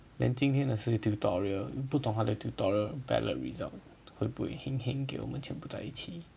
then 今天的是 tutorial 不懂他的 tutorial ballot results 会不会 heng heng 给我们全部在一起